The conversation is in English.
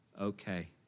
okay